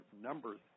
numbers